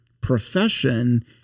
profession